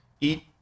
eat